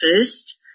first